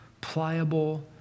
pliable